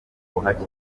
ubuhake